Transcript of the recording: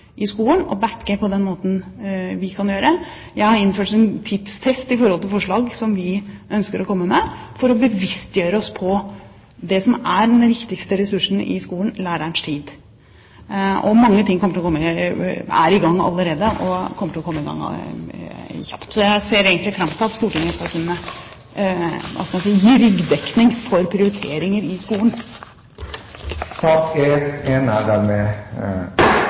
i skolen og bakke på den måten vi kan gjøre. Jeg har innført en tidstest i forhold til forslag som vi ønsker å komme med for å bevisstgjøre oss på det som er den viktigste ressursen i skolen, lærerens tid. Mange ting er i gang allerede, og kommer til å komme i gang kjapt, så jeg ser egentlig fram til at Stortinget skal, hva skal en si, gi ryggdekning for prioriteringer i skolen. Sak nr. 1 er dermed